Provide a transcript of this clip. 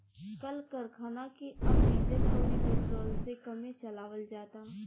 कल करखना के अब डीजल अउरी पेट्रोल से कमे चलावल जाता